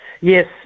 Yes